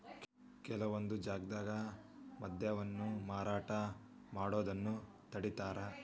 ಕೆಲವೊಂದ್ ಜಾಗ್ದಾಗ ಮದ್ಯವನ್ನ ಮಾರಾಟ ಮಾಡೋದನ್ನ ತಡೇತಾರ